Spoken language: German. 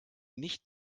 nicht